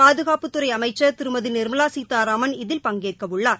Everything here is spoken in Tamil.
பாதுகாப்புத்துறை அமைச்சர் திருமதி நிம்மலா சீதாராமன் இதில் பங்கேற்கவுள்ளார்